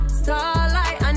starlight